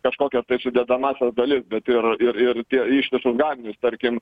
kažkokias tai sudedamąsias dalis bet ir ir ir ištisus gaminius tarkim